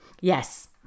yes